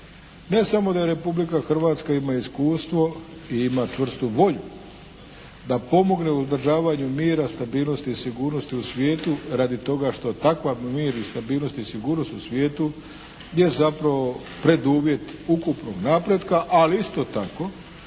Ne samo da Republika Hrvatska ima iskustvo, ima i čvrstu volju da pomogne uzdržavanju mira, stabilnosti i sigurnosti u svijetu radi toga što takav mir i stabilnost i sigurnost u svijetu je zapravo preduvjet ukupnog napretka, ali isto tako